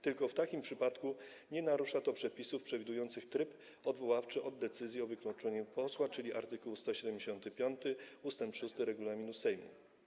Tylko w takim przypadku nie narusza to przepisów przewidujących tryb odwoławczy od decyzji o wykluczeniu posła, czyli art. 175 ust. 6 regulaminu Sejmu.